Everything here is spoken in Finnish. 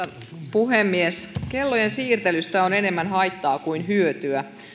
puhemies kellojen siirtelystä on enemmän haittaa kuin hyötyä